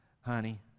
honey